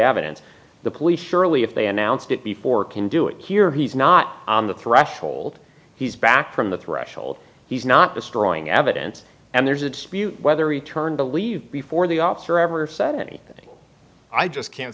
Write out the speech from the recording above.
evidence the police surely if they announced it before can do it here he's not on the threshold he's back from the threshold he's not destroying evidence and there's a dispute whether he turned to leave before the officer ever said anything i just can't